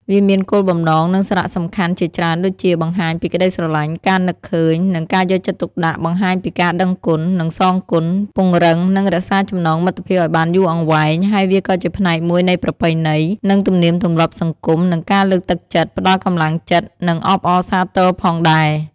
វាមានគោលបំណង និងសារៈសំខាន់ជាច្រើនដូចជា បង្ហាញពីក្តីស្រឡាញ់ ការនឹកឃើញ និងការយកចិត្តទុកដាក់ បង្ហាញពីការដឹងគុណ និងសងគុណ ពង្រឹង និងរក្សាចំណងមិត្តភាពឲ្យបានយូរអង្វែង ហើយវាក៏ជាផ្នែកមួយនៃប្រពៃណី និងទំនៀមទម្លាប់សង្គម និងការលើកទឹកចិត្ត ផ្តល់កម្លាំងចិត្ត និងអបអរសាទរផងដែរ។